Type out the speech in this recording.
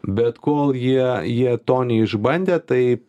bet kol jie jie to neišbandė tai